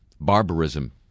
barbarism